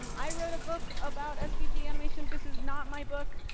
um i wrote a book about svg animation. this is not my book.